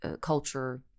culture